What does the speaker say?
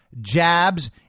jabs